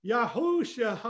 Yahushua